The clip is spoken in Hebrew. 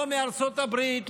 לא מארצות הברית,